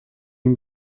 این